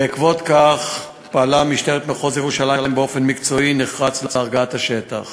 בעקבות כך פעלה משטרת מחוז ירושלים באופן מקצועי ונחרץ להרגעת השטח